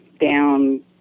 down